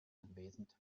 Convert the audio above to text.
anwesend